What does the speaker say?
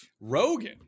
Rogan